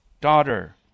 daughter